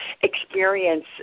experience